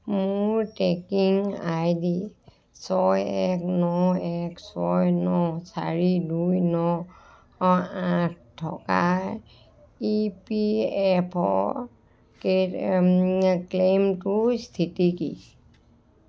মোৰ tracking I D ছয় এক ন এক ছয় ন চাৰি দুই ন আঠ থকা ই পি এফ অ' কেই ক্লেইমটোৰ স্থিতি কি